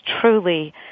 truly